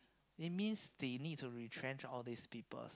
it means they need to retrench all this peoples